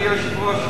אדוני היושב-ראש,